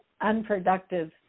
unproductive